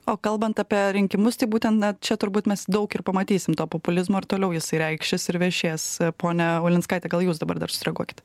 o kalbant apie rinkimus tai būtent na čia turbūt mes daug ir pamatysim to populizmo ar toliau jisai reikšis ir vešės ponia ulinskaite gal jūs dabar dar sureaguokit